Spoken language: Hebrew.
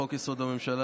לחוק-יסוד: הממשלה,